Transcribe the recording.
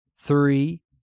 three